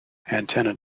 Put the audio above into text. antenna